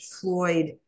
Floyd